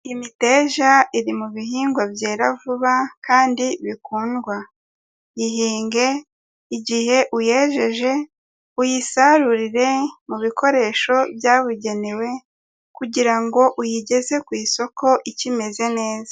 Imiteja iri mu bihingwa byera vuba kandi bikundwa, yihinge igihe uyejeje uyisarurire mu bikoresho byabugenewe kugira ngo uyigeze ku isoko ikimeze neza.